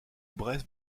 brest